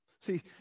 See